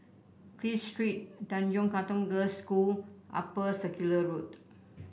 Clive Street Tanjong Katong Girls' School Upper Circular Road